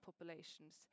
populations